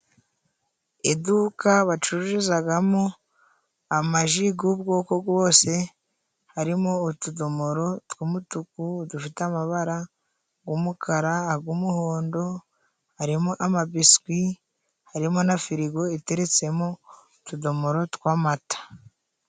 Iduka bacururizagamo amaji g'ubwoko bwose harimo utudomoro tw'umutuku dufite amabara umukara, ag'umuhondo harimo amabiswi harimo na firigo iteretsemo utudomoro tw'amata.